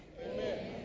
Amen